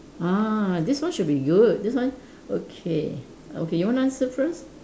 ah this one should be good this one okay okay you want to answer first